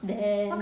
then